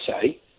say